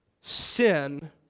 sin